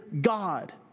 God